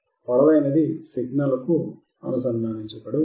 పొడవైనది సిగ్నల్కు అనుసంధానించబడి ఉంది